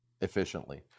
efficiently